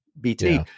BT